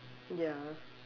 ya